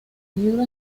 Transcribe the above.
libro